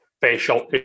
facial